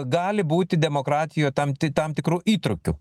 gali būti demokratijoj tam ti tam tikrų įtrūkių